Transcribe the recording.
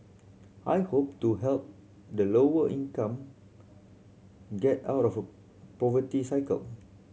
I hope to help the lower income get out of poverty cycle